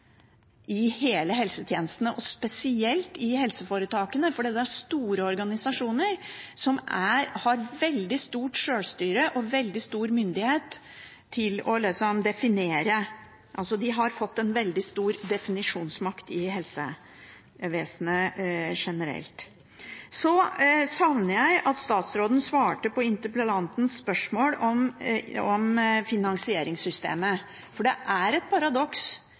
i hele helsetjenesten, og spesielt i helseforetakene, for det er store organisasjoner, som har veldig stort sjølstyre og veldig stor myndighet til å definere. De har fått en veldig stor definisjonsmakt i helsevesenet generelt. Så savner jeg svar fra statsråden på interpellantens spørsmål om finansieringssystemet, for det er et paradoks